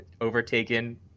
overtaken –